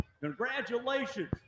congratulations